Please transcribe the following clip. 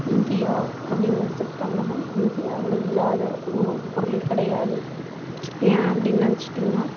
India அப்படின்னு எடுத்துகிட்டோம்னால் இந்தியாவில் இல்லாத உணவு பொருளே கிடையாது ஏன் அப்படின்னு நினைச்சிட்டிங்கனா